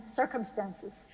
circumstances